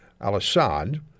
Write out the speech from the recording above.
al-Assad